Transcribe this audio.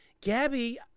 Gabby